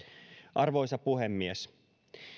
arvoisa puhemies